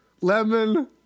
Lemon